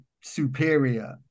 superior